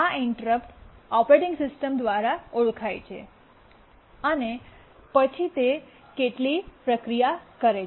આ interrupt operating system દ્વારા ઓળખાય છે અને પછી તે કેટલીક પ્રક્રિયા કરે છે